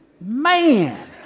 man